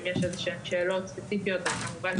אם יש שאלות ספציפיות כלשהן - כמובן שאני אענה.